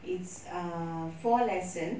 it's err four lessons